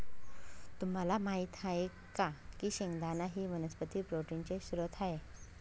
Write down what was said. तुम्हाला माहित आहे का की शेंगदाणा ही वनस्पती प्रोटीनचे स्त्रोत आहे